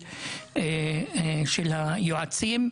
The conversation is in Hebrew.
זה הפקקים בתוך העיר,